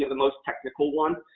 the most technical one.